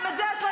גם את זה את לא